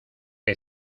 que